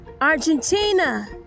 argentina